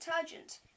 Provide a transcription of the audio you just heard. detergent